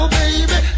baby